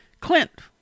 Clint